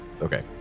Okay